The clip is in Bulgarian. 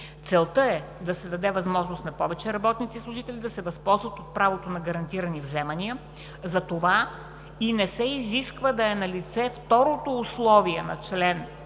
Целта е да се даде възможност на повече работници и служители да се възползват от правото на гарантирани вземания, затова и не се изисква да е налице второто условие на чл.